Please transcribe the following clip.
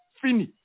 fini